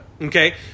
Okay